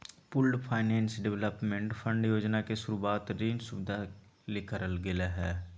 pooled finance development fund योजना के शुरूवात ऋण सुविधा ले करल गेलय हें